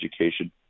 education